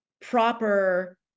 proper